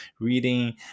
reading